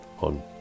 on